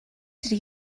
did